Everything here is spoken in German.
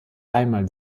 einmal